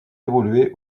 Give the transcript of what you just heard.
évolué